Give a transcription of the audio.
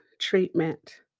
treatment